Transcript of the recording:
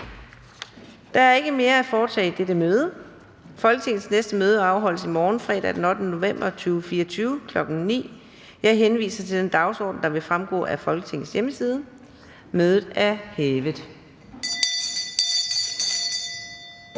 Der er ikke mere at foretage i dette møde. Folketingets næste møde afholdes i morgen, fredag den 8. november 2024, kl. 9.00. Jeg henviser til den dagsorden, der vil fremgå af Folketingets hjemmeside. Mødet er hævet.